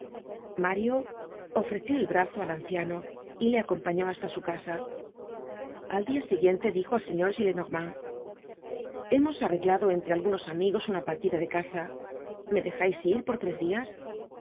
mario ofreció el brazo al anciano y le acompañó hasta su casa al dia siguiente dijo al señor gillenormand hemos arreglado entre algunos amigos una partida de caza me dejais ir por tres dias